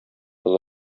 олы